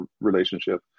relationship